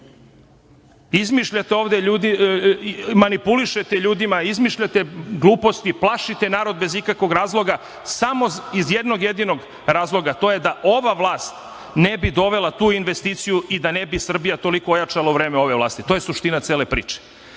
vode. Izmišljate ovde i manipulišete ljudima, izmišljate gluposti i plašite narod bez ikakvog razloga, samo iz jednog jedinog razloga, a to je da ova vlast ne bi dovela tu investiciju i da ne bi Srbija toliko ojačala u vreme ove vlasti. To je suština cele priče. Vi